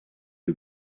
who